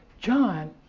John